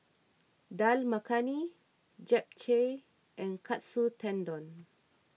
Dal Makhani Japchae and Katsu Tendon